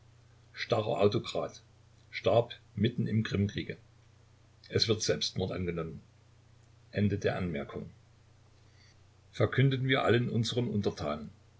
starrer autokrat starb mitten im krimkriege es wird selbstmord angenommen anm d übers verkünden wir allen unseren